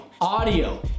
audio